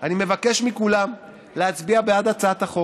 אני מבקש מכולם להצביע בעד הצעת החוק,